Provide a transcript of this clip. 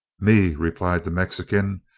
me, replied the mexican,